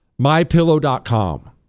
mypillow.com